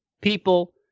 people